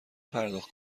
پرداخت